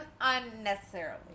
unnecessarily